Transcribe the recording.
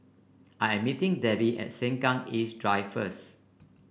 I am meeting Debby at Sengkang East Drive first